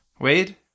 Wade